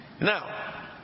Now